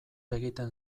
egiten